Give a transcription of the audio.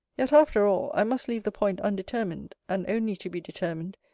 yet, after all, i must leave the point undetermined, and only to be determined,